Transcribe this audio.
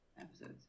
episodes